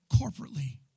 corporately